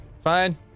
fine